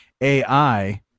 ai